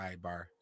sidebar